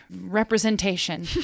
representation